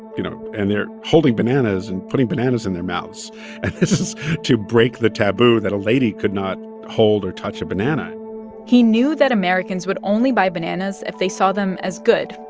you know, and they're holding bananas and putting bananas in their mouths. and this is to break the taboo that a lady could not hold or touch a banana he knew that americans would only buy bananas if they saw them as good,